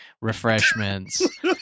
refreshments